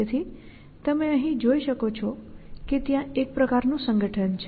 તેથી તમે અહીં જોઈ શકો છો કે ત્યાં એક પ્રકારનું સંગઠન છે